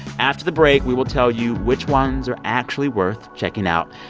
after the break, we will tell you which ones are actually worth checking out.